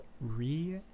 Re